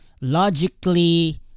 logically